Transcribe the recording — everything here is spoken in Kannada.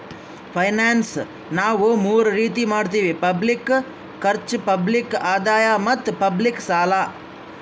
ಫೈನಾನ್ಸ್ ನಾವ್ ಮೂರ್ ರೀತಿ ಮಾಡತ್ತಿವಿ ಪಬ್ಲಿಕ್ ಖರ್ಚ್, ಪಬ್ಲಿಕ್ ಆದಾಯ್ ಮತ್ತ್ ಪಬ್ಲಿಕ್ ಸಾಲ